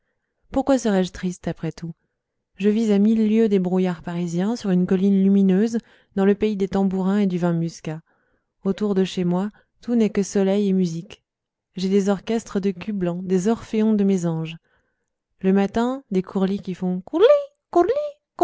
pourquoi serais-je triste après tout je vis à mille lieues des brouillards parisiens sur une colline lumineuse dans le pays des tambourins et du vin muscat autour de chez moi tout n'est que soleil et musique j'ai des orchestres de culs blancs des orphéons de mésanges le matin les courlis qui font coureli